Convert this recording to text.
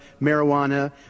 marijuana